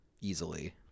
Easily